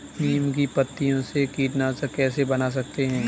नीम की पत्तियों से कीटनाशक कैसे बना सकते हैं?